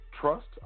trust